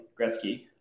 Gretzky